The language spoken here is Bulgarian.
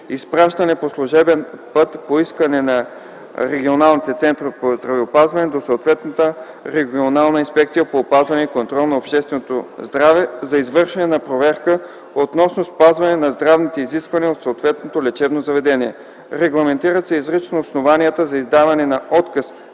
изпращане по служебен път по искане на регионалните центрове по здравеопазване до съответната регионална инспекция по опазване и контрол на общественото здраве за извършване на проверка относно спазването на здравните изисквания от съответното лечебно заведение. Регламентират се изрично основанията за издаване на отказ